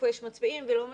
היכן יש מצביעים והיכן אין,